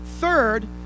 Third